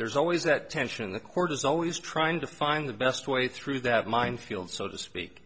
there's always that tension the court is always trying to find the best way through that minefield so to speak